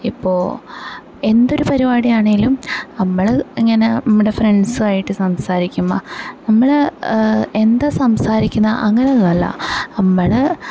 ഇപ്പോൾ എന്തൊരു പരിപാടിയാണേലും നമ്മൾ ഇങ്ങനെ നമ്മുടെ ഫ്രണ്ട്സുവായിട്ട് സംസാരിക്കും നമ്മള് എന്താ സംസാരിക്കുന്നത് അങ്ങനെയൊന്നുവല്ല നമ്മൾ